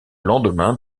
lendemain